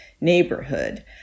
neighborhood